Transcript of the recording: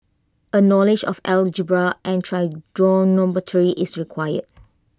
A knowledge of algebra and trigonometry is required